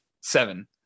seven